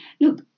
Look